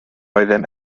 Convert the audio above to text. oeddem